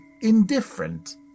indifferent